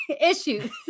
issues